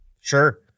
Sure